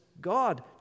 god